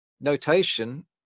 notation